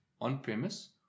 on-premise